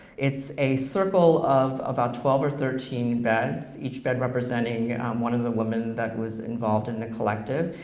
it's a circle of about twelve or thirteen beds, each bed representing one of the women that was involved in the collective,